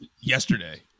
yesterday